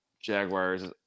Jaguars